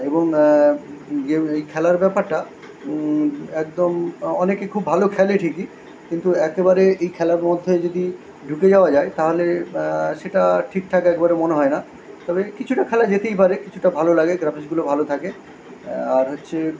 এবং গেম এই খেলার ব্যাপারটা একদম অ অনেকে খুব ভালো খেলে ঠিকই কিন্তু একেবারে এই খেলার মধ্যে যদি ঢুকে যাওয়া যায় তাহলে সেটা ঠিকঠাক একবারে মনে হয় না তবে কিছুটা খেলা যেতেই পারে কিছুটা ভালো লাগে গ্রাফিক্সগুলো ভালো থাকে আর হচ্ছে